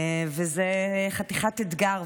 וזה חתיכת אתגר,